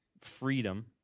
freedom